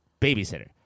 babysitter